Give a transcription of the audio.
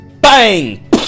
BANG